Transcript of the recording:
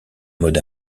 mode